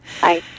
Hi